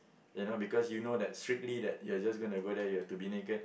you know because you know that strictly that you just gonna go there you have to be naked